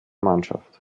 mannschaft